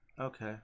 Okay